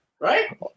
Right